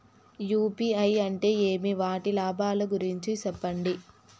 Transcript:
UPI అంటే ఏమి? వాటి లాభాల గురించి సెప్పండి?